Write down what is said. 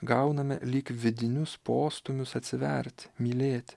gauname lyg vidinius postūmius atsiverti mylėti